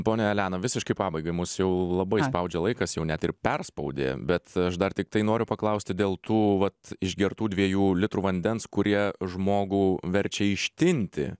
ponia elena visiškai pabaigai mus jau labai spaudžia laikas jau net ir perspaudė bet aš dar tiktai noriu paklausti dėl tų vat išgertų dviejų litrų vandens kurie žmogų verčia ištinti